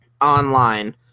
online